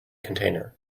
container